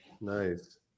nice